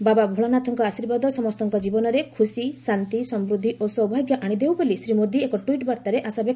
ବାବା ଭୋଳାନାଥଙ୍କ ଆଶୀର୍ବାଦ ସମସ୍ତଙ୍କ ଜୀବନରେ ଖୁସି ଶାନ୍ତି ସମୃଦ୍ଧି ଏବଂ ସୌଭାଗ୍ୟ ଆଶିଦେଉ ବୋଲି ଶୀ ମୋଦି ଏକ ଟ୍ୱିଟ୍ ବାର୍ତ୍ତାରେ ଆଶାବ୍ୟକ୍ତ କରିଛନ୍ତି